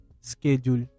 schedule